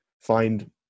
find